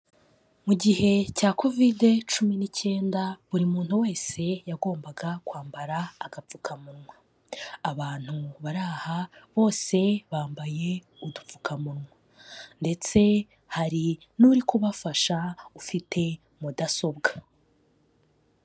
Mu gihe cya covide cumi n'icyenda buri muntu wese yagombaga kwambara agapfukamunwa, abantu bari aha bose bambaye udupfukamunwa ndetse hari n'uri kubafasha ufite mudasobwa.